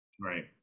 right